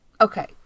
Okay